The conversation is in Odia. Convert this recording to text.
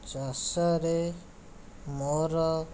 ଚାଷରେ ମୋର